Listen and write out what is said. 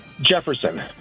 Jefferson